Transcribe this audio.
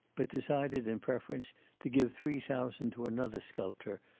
but decided in preference to give three thousand to another sculptor,